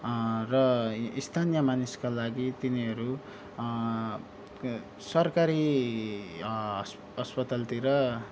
र स्थानीय मानिसका लागि तिनीहरू सरकारी अस्पतालतिर